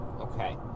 okay